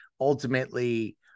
ultimately